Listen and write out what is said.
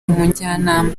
umujyanama